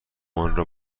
آنرا